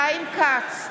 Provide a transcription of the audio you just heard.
חיים כץ,